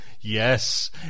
Yes